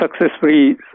successfully